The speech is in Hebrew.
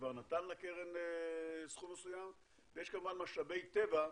שכבר נתן לקרן סכום מסוים ויש כמובן משאבי טבע,